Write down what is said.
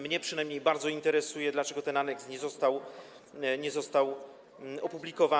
Mnie przynajmniej bardzo interesuje, dlaczego ten aneks nie został opublikowany.